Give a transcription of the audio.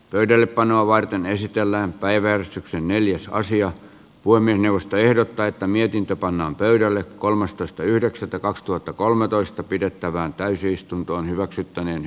pöydällepanoa varten esitellään päiväys neljäs asiat poimi neuvosto ehdottaa että mietintö pannaan pöydälle kolmastoista yhdeksättä kaksituhattakolmetoista pidettävään täysistunto hyväksyttäneen h